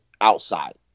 outside